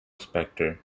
specter